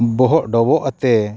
ᱵᱚᱦᱚᱜ ᱰᱚᱵᱚᱜ ᱟᱛᱮᱫ